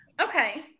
Okay